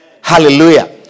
Hallelujah